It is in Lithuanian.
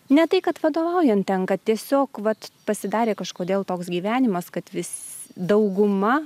ne tai kad vadovaujant tenka tiesiog vat pasidarė kažkodėl toks gyvenimas kad vis dauguma